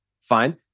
fine